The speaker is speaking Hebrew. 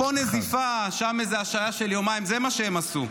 פה נזיפה, שם השעיה של יומיים, זה מה שהם עשו.